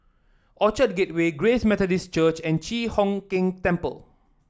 Orchard Gateway Grace Methodist Church and Chi Hock Keng Temple